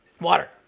Water